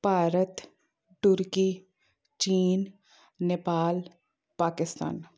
ਭਾਰਤ ਤੁਰਕੀ ਚੀਨ ਨੇਪਾਲ ਪਾਕਿਸਤਾਨ